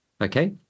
okay